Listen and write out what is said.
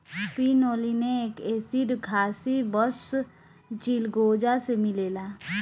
pinolenic acid खासी बस चिलगोजा से मिलेला